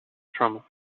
from